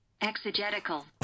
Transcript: exegetical